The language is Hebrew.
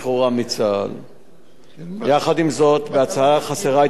בהצעה חסרה התייחסות לסוגי העבירות ומספרן,